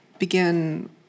Begin